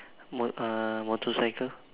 mo~ uh motorcycle